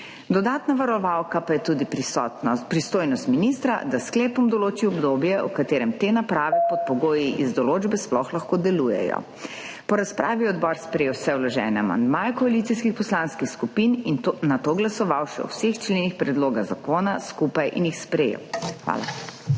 Dodatna varovalka pa je tudi pristojnost ministra, da s sklepom določi obdobje v katerem te naprave pod pogoji iz določbe sploh lahko delujejo. Po razpravi je odbor sprejel vse vložene amandmaje koalicijskih poslanskih skupin in nato glasoval še o vseh členih predloga zakona skupaj in jih sprejel. Hvala.